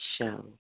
show